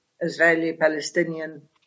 Israeli-Palestinian